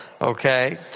okay